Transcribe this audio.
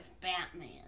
Batman